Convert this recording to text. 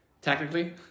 technically